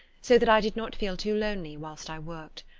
so that i did not feel too lonely whilst i worked.